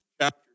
chapter